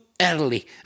early